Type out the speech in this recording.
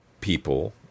people